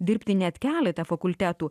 dirbti net kelete fakultetų